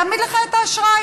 להעמיד לך את האשראי.